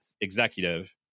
executive